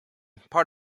part